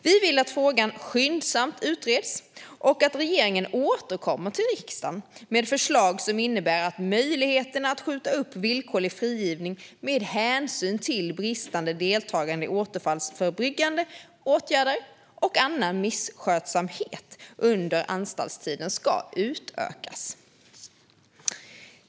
Vi vill att frågan skyndsamt utreds och att regeringen återkommer till riksdagen med förslag som innebär att möjligheterna att skjuta upp villkorlig frigivning med hänsyn till bristande deltagande i återfallsförebyggande åtgärder och annan misskötsamhet under anstaltstiden utökas.